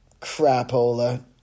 crapola